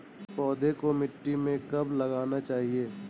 पौधें को मिट्टी में कब लगाना चाहिए?